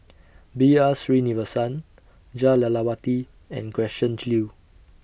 B R Sreenivasan Jah Lelawati and Gretchen Liu